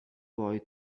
boy